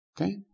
Okay